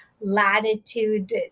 latitude